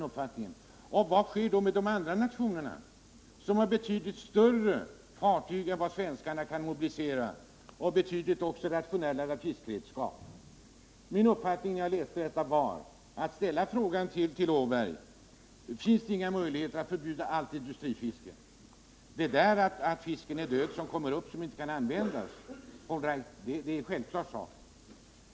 Men vad sker då med de andra nationerna, som har betydligt större fartyg än vad svenskarna kan mobilisera och betydligt rationellare fiskredskap? Det är denna skrivning som fått mig att ställa frågan till Georg Åberg: Finns det inga möjligheter att förbjuda allt industrifiske? Att den fisk som är död när den kommer upp går till foderfisk framställning är ju en självklar sak.